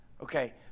okay